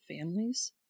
families